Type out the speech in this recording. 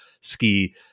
ski